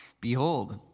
Behold